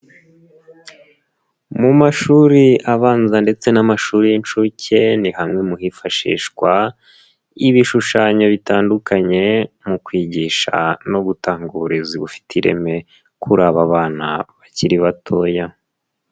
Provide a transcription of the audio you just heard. Mu mashuri abanza ndetse n'amashuri y'incuke ni hamwe hifashishwa, ibishushanyo bitandukanye, mu kwigisha no gutanga uburezi bufite ireme, kuri aba bana bakiri batoya.